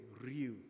real